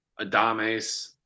Adames